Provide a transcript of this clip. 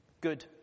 Good